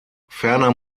ferner